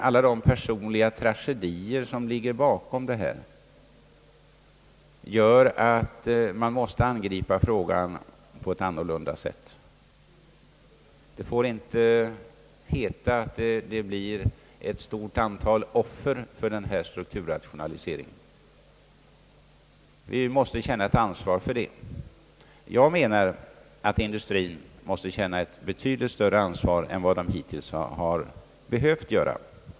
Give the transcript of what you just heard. Alla de personliga tragedier som ligger bakom den omdaning som pågår gör att man måste angripa frågan på ett annorlunda sätt. Det får inte bara heta att det blir ett stort antal offer för denna strukturrationalisering. Vi måste känna ansvar. Jag anser att industrien måste känna ett betydligt större ansvar än vad den hittills behövt göra.